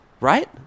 right